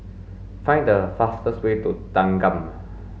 find the fastest way to Thanggam